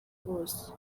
hose